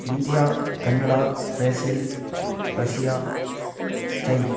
India Canada Brazil Russia China